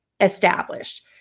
established